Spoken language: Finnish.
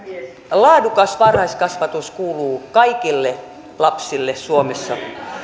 laadukas varhaiskasvatus kuuluu kaikille lapsille suomessa